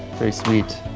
very sweet,